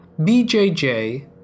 BJJ